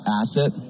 asset